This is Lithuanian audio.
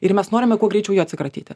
ir mes norime kuo greičiau ja atsikratyti